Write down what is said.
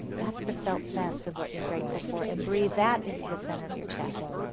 that's the felt sense of what you're grateful for. and breath that into the center of your chest.